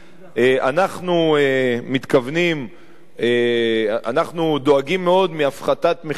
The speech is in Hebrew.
אנחנו מתכוונים, אנחנו דואגים מאוד מהפחתת מכסים,